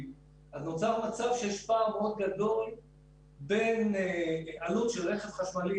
ואז נוצר מצב שיש פער מאוד גדול בין עלות של רכב חשמלי